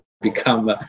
become